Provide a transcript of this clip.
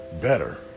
better